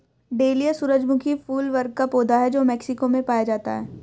dahlia सूरजमुखी फूल वर्ग का पौधा है जो मेक्सिको में पाया जाता है